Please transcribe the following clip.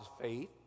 faith